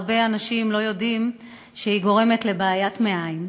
הרבה אנשים לא יודעים שהיא גורמת לבעיית מעיים,